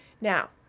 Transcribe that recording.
Now